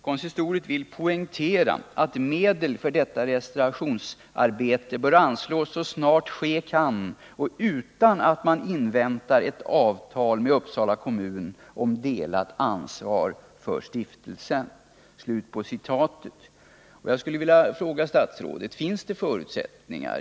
Konsistoriet vill poängtera att medel för detta restaurationsarbete bör anslås så snart ske kan och utan att man inväntar ett ev avtal med Uppsala kommun om delat ansvar för stiftelsen.” Jag skulle vilja ställa en fråga till statsrådet.